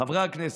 חברי הכנסת,